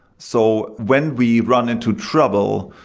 so when we run into trouble,